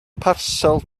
parsel